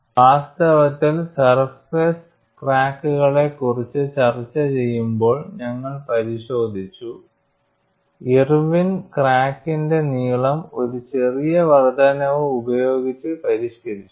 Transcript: വാസ്തവത്തിൽ സർഫേസ് ക്രാക്ക്കളെക്കുറിച്ച് ചർച്ചചെയ്യുമ്പോൾ ഞങ്ങൾ പരിശോധിച്ചു ഇർവിൻ ക്രാക്ക്ന്റെ ലെങ്ത് ഒരു ചെറിയ വർദ്ധനവ് ഉപയോഗിച്ച് പരിഷ്കരിച്ചു